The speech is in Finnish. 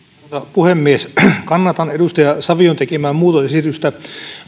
puhemies kannatan edustaja savion tekemää muutosesitystä